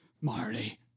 Marty